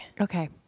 Okay